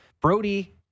Brody